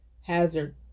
hazard